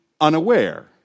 unaware